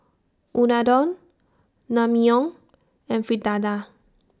Unadon Naengmyeon and Fritada